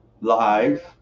Live